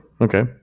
Okay